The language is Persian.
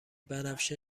بنفش